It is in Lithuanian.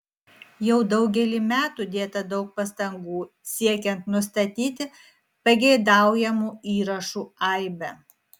jau daugelį metų dėta daug pastangų siekiant nustatyti pageidaujamų įrašų aibę